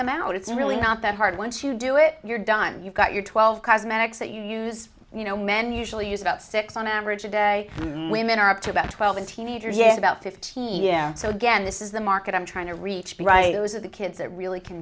the mout it's really not that hard once you do it you're done you've got your twelve cosmetics that you use and you know men usually use about six on average a day women are up to about twelve and teenagers yes about fifteen yeah so again this is the market i'm trying to reach the writers of the kids that really can